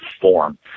form